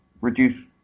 reduce